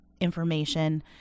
information